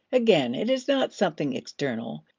again, it is not something external.